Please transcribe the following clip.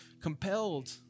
compelled